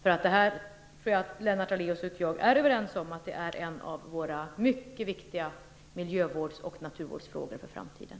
Jag tror att Lennart Daléus och jag är överens om att detta är en av våra mycket viktiga miljövårds och naturvårdsfrågor för framtiden.